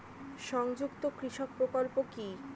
সংযুক্ত কৃষক প্রকল্প কি?